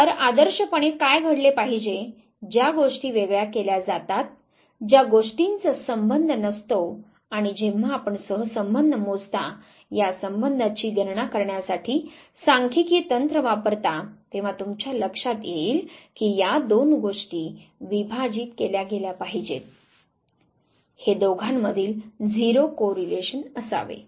तर आदर्श पणे काय घडले पाहिजे ज्या गोष्टी वेगळ्या केल्या जातात ज्या गोष्टींचा संबंध नसतो आणि जेव्हा आपण सह संबंध मोजता या संबंधाची गणना करण्यासाठी सांख्यिकीय तंत्र वापरता तेंव्हा तुमच्या लक्षात येईल की या दोन गोष्टी विभाजित केल्या गेल्या पाहिजेत हे दोघांमधील झिरो को रिलेशन असावे